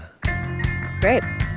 Great